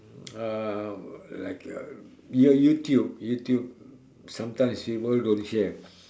uh like a you~ YouTube YouTube sometimes we all don't share